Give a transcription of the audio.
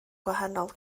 gwahanol